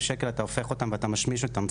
שקלים אתה הופך אותן ומשמיש אותן,